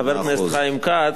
חבר הכנסת חיים כץ,